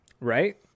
right